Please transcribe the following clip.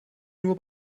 nur